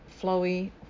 flowy